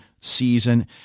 season